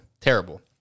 Terrible